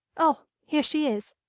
oh, here she is.